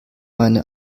meine